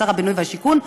שר הבינוי והשיכון,